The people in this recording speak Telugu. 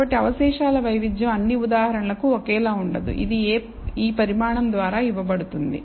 కాబట్టి అవశేషాల వైవిధ్యం అన్నీ ఉదాహరణలకు ఒకేలా ఉండదు ఇది ఈ పరిమాణం ద్వారా ఇవ్వబడుతుంది